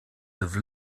have